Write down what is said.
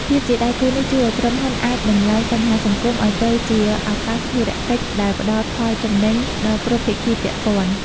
ភាពជាដៃគូនេះជួយឱ្យក្រុមហ៊ុនអាចបំប្លែង "បញ្ហាសង្គម" ឱ្យទៅជា "ឱកាសធុរកិច្ច" ដែលផ្ដល់ផលចំណេញដល់គ្រប់ភាគីពាក់ព័ន្ធ។